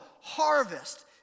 harvest